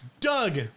Doug